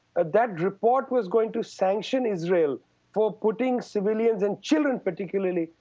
ah that report was going to sanction israel for putting civilians, and children particularly,